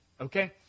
Okay